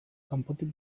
kanpotik